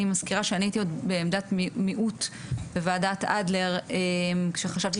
אני מזכירה שאני הייתי עוד בעמדת מיעוט בוועדת אדלר כשחשבתי